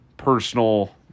Personal